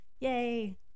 Yay